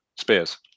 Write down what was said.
Spears